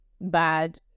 bad